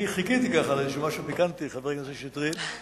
חיכיתי למשהו פיקנטי, חבר הכנסת שטרית.